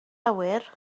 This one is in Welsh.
awyr